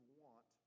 want